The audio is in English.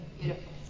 beautiful